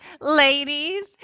ladies